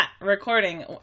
recording